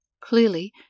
Clearly